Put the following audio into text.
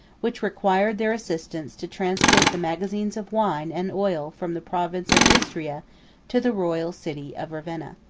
which required their assistance to transport the magazines of wine and oil from the province of istria to the royal city of ravenna.